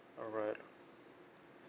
alright